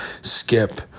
skip